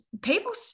people